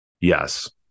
Yes